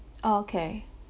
okay